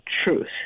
Truth